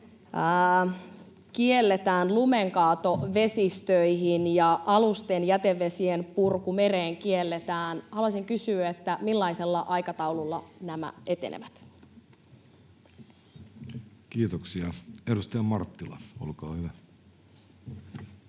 kielletään lumenkaato vesistöihin ja alusten jätevesien purku mereen. Haluaisin kysyä, millaisella aikataululla nämä etenevät? Kiitoksia. — Edustaja Marttila, olkaa hyvä. Arvoisa